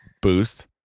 boost